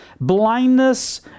Blindness